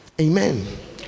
Amen